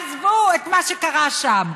עזבו את מה שקרה שם.